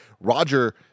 Roger